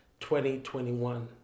2021